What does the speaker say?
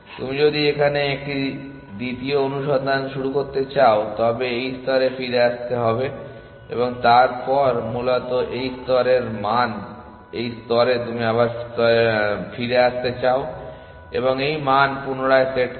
তুমি যদি এখানে একটি দ্বিতীয় অনুসন্ধান শুরু করতে চাও তবে এই স্তরে ফিরে আসতে হবে এবং তারপর মূলত এই স্তরের মান f min এবং f max এই স্তরে তুমি আবার এই স্তরে ফিরে যাও এবং এই মান পুনরায় সেট করো